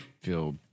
feel